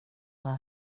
alla